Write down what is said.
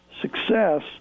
success